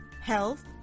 health